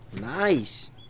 Nice